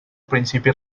principi